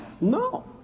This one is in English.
No